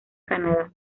canadá